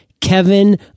Kevin